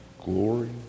glory